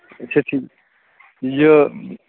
اَچھا ٹھی یہِ